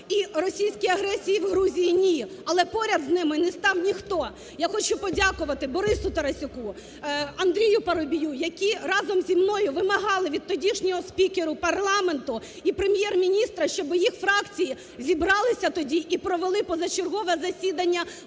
російській агресії в Грузії – ні. Але поряд з ними не став ніхто. Я хочу подякувати Борису Тарасюку, Андрію Парубію, які разом зі мною вимагали від тодішнього спікера парламенту і Прем'єр-міністра, щоб їх фракції зібралися тоді і провели позачергове засідання